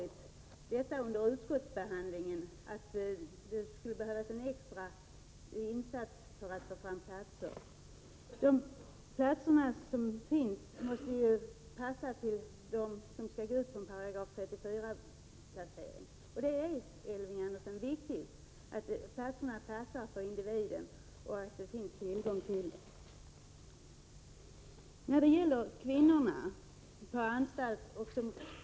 1987/88:110 utskottsbehandlingen erfarit att det skulle behövas en extra insats för att få fram platser. De platser som finns måste ju passa dem som skall gå ut på en § 34-placering. Det är, Elving Andersson, viktigt att det finns tillgång till platser och att de passar för individerna.